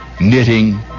knitting